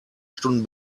stunden